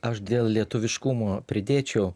aš dėl lietuviškumo pridėčiau